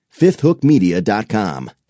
FifthHookMedia.com